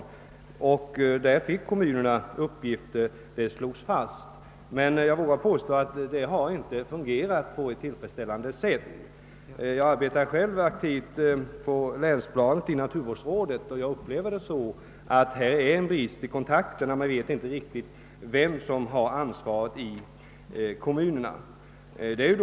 I denna lag fastslogs kommunernas uppgifter. Men jag vågar påstå att det hela inte fungerat på ett tillfredsställande sätt. Jag arbetar själv aktivt på länsplanet i naturvårdsrådet. Jag upplever det så, att det är en brist i kontakterna; man vet inte riktigt vem som har ansvaret i kommunen.